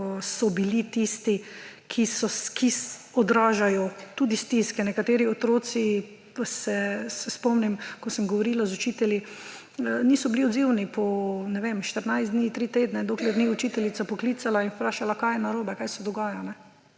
so bili tisti, ki odražajo tudi stiske. Nekateri otroci, se spomnim, ko sem govorila z učitelji, niso bili odzivni po 14 dni, tri tedne, dokler ni učiteljica poklicala in vprašala kaj je narobe, kaj se dogaja